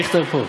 דיכטר פה.